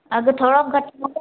अघि थोरो घटि कंदव